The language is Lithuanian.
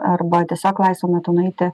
arba tiesiog laisvu metu nueiti